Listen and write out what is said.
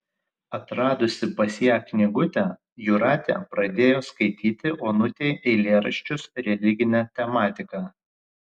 atradusi pas ją knygutę jūratė pradėjo skaityti onutei eilėraščius religine tematika